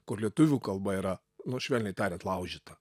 kur lietuvių kalba yra nu švelniai tariant laužyta